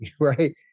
right